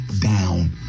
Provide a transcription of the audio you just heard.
down